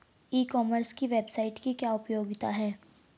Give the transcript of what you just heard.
E commerce की website की क्या उपयोगिता है?